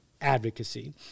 advocacy